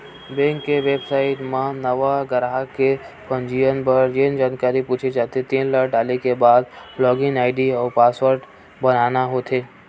bank के website म नवा गराहक के पंजीयन बर जेन जानकारी पूछे जाथे तेन ल डाले के बाद लॉगिन आईडी अउ पासवर्ड बनाना होथे